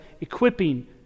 equipping